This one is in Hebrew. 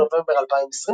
נובמבר 2020,